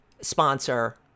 sponsor